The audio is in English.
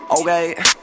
Okay